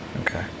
Okay